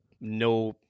no